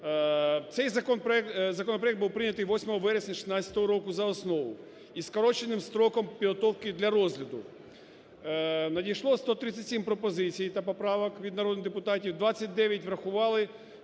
цей законопроект був прийнятий 8 вересня 2016 року за основу із скороченим строком підготовки для розгляду. Надійшло 137 пропозицій та поправок від народних депутатів, 29 – врахували,